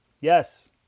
Yes